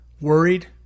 worried